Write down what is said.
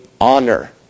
honor